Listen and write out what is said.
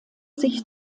sich